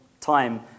time